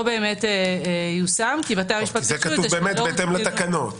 לא באמת יושם כי בתי המשפט -- כתוב: "בהתאם לתקנות".